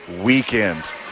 weekend